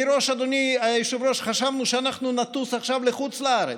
אדוני היושב-ראש, חשבנו שאנחנו נטוס לחוץ לארץ.